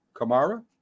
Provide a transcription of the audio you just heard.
Kamara